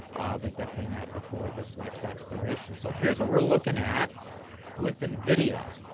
but definitely not before this next expiration. so here's what we're looking at with nvidia.